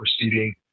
proceeding